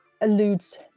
alludes